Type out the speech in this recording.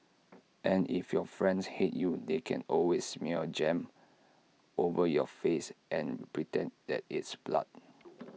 and if your friends hate you they can always smear jam over your face and pretend that it's blood